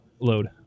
load